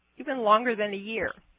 even longer than a year.